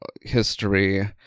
history